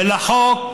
ולחוק,